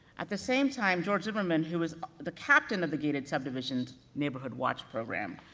at the same time, george zimmerman, who was the captain of the gated subdivisions neighborhood watch program,